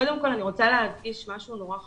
קודם כל אני רוצה להדגיש משהו נורא חשוב.